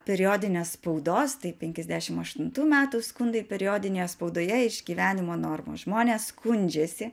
periodinės spaudos tai penkiasdešim aštuntų metų skundai periodinėje spaudoje iš gyvenimo normos žmonės skundžiasi